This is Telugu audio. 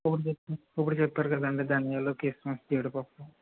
ఇప్పుడు చెప్పారు ఇప్పుడు చెప్పారు కదండీ ధనియాలు కిస్మిస్ జీడిపప్పు